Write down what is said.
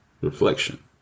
reflection